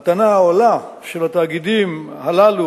הטענה העולה על התאגידים הללו,